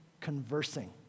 conversing